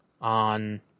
on